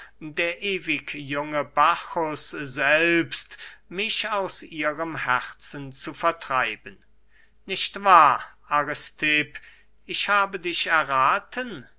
der ewig junge bacchus selbst mich aus ihrem herzen zu vertreiben nicht wahr aristipp ich habe dich errathen